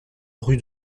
rue